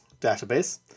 database